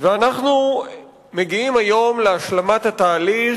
ואנחנו מגיעים היום להשלמת התהליך,